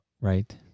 Right